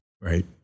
right